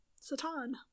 Satan